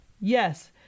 Yes